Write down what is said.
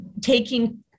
taking